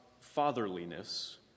fatherliness